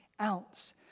ounce